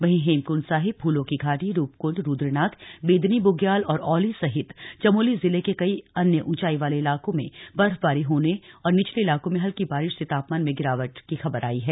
वहीं हेमकुंड साहिब फूलों की घाटी रूपकुंड रुद्रनाथ बेदनी बुग्याल और ऑली सहित चमोली जिले के अन्य ऊंचाई वाले इलाकों मे बर्फबारी होने और निचले इलाकों मे हल्की बारिश से तापमान में गिरावट आई है